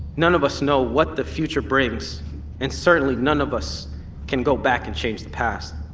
none of us know what the future brings and certainly none of us can go back and change the past.